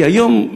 כי היום,